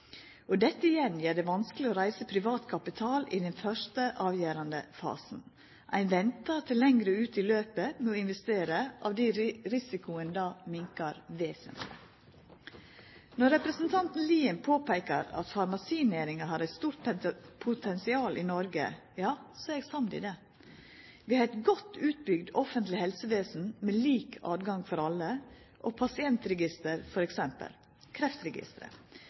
og dette igjen gjer det vanskeleg å reisa privat kapital i den første, avgjerande fasen. Ein ventar til lengre ut i løpet med å investera, av di risikoen da minkar vesentleg. Når representanten Lien påpeikar at farmasinæringa har eit stort potensial i Noreg, er eg samd i det. Vi har eit godt utbygd offentleg helsevesen med lik tilgang for alle, og pasientregister,